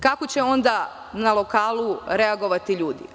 Kako će onda na lokalu reagovati ljudi?